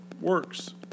works